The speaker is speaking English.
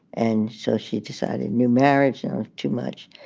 and so she decided new marriage ah too much.